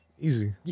Easy